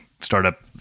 startup